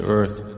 earth